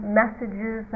messages